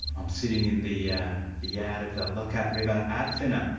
i'm sitting in the yeah yard of the lockhart river art centre,